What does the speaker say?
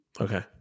Okay